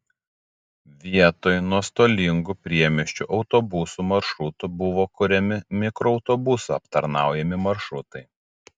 vietoj nuostolingų priemiesčio autobusų maršrutų buvo kuriami mikroautobusų aptarnaujami maršrutai